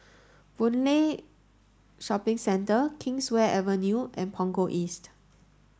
Boon Lay Shopping Centre Kingswear Avenue and Punggol East